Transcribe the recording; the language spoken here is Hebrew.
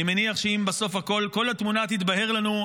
אני מניח שאם בסוף כל התמונה תתבהר לנו,